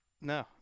No